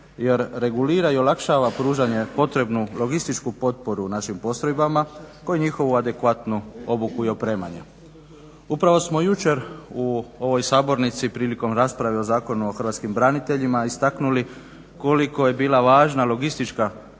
jer regulira i olakšava pružanje potrebne logističke potpore našim postrojbama kao i njihovu adekvatnu obuku i opremanje. Upravo smo jučer u ovoj sabornici prilikom rasprave o Zakonu o hrvatskim braniteljima istaknuli koliko je bila važna logistička potpora